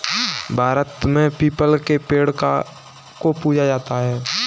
भारत में पीपल के पेड़ को पूजा जाता है